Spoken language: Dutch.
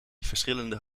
verschillende